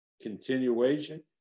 continuation